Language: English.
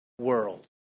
world